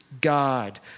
God